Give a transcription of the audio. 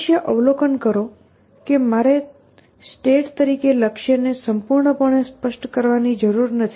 અવશ્ય અવલોકન કરો કે મારે સ્ટેટ તરીકે લક્ષ્યને સંપૂર્ણપણે સ્પષ્ટ કરવાની જરૂર નથી